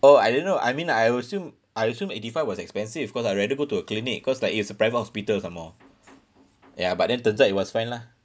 oh I didn't know I mean I assume I assume eighty five was expensive cause I rather go to a clinic cause like it's a private hospitals some more ya but then turns out it was fine lah